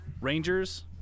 rangers